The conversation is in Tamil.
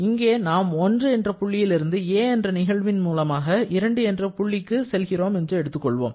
இங்கே நாம் 1 என்ற புள்ளியிலிருந்து 'a' என்ற நிகழ்வின் மூலமாக 2 என்ற புள்ளிக்கு நாம் செல்கிறோம் என்று எடுத்துக்கொள்வோம்